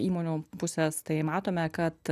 įmonių pusės tai matome kad